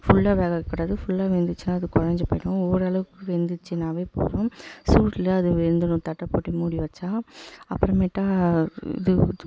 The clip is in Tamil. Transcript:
ஃபுல்லாக வேக வைக்ககூடாது ஃபுல்லாக வெந்துச்சுன்னா அது கொழைஞ்சி போய்டும் ஓரளவுக்கு வெந்துச்சுன்னாவே போதும் சூட்டில் அது வெந்துடும் தட்டை போட்டு மூடி வைச்சா அப்புறமேட்டா இது